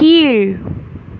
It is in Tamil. கீழ்